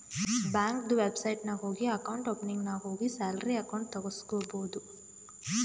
ಬ್ಯಾಂಕ್ದು ವೆಬ್ಸೈಟ್ ನಾಗ್ ಹೋಗಿ ಅಕೌಂಟ್ ಓಪನಿಂಗ್ ನಾಗ್ ಹೋಗಿ ಸ್ಯಾಲರಿ ಅಕೌಂಟ್ ತೆಗುಸ್ಕೊಬೋದು